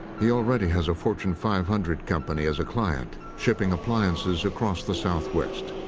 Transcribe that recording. he already has a fortune five hundred company as a client, shipping appliances across the southwest.